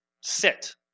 sit